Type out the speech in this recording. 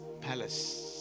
palace